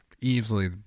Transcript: easily